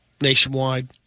nationwide